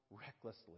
recklessly